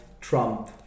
Trump